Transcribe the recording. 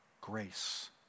Grace